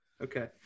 okay